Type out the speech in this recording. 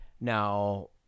Now